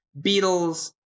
Beatles